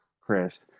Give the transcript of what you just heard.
Chris